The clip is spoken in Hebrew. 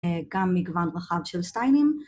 גם מגוון רחב של סטיילים